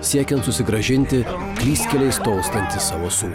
siekiant susigrąžinti klystkeliais tolstantį savo sūnų